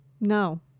No